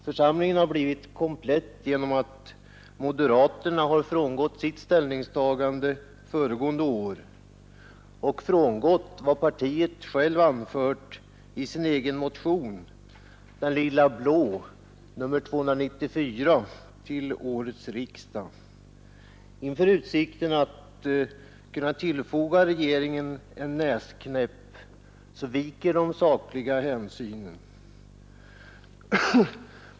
Församlingen har blivit komplett genom att moderaterna har frångått sitt ställningstagande föregående år och vad partiet självt har anfört i sin egen motion 294, ”den lilla blå”, till årets riksdag. Inför utsikten att kunna tillfoga regeringen en näsknäpp viker de sakliga hänsynen.